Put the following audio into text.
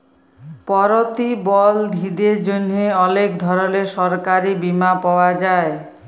পরতিবলধীদের জ্যনহে অলেক ধরলের সরকারি বীমা পাওয়া যায়